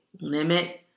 limit